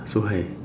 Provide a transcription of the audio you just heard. so high